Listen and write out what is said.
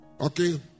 Okay